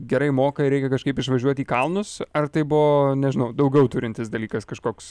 gerai moka ir reikia kažkaip išvažiuot į kalnus ar tai buvo nežinau daugiau turintis dalykas kažkoks